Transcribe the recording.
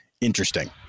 interesting